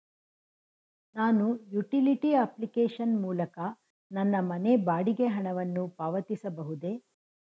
ನಾನು utility application ಮೂಲಕ ನನ್ನ ಮನೆ ಬಾಡಿಗೆ ಹಣವನ್ನು ಪಾವತಿಸಬಹುದೇ?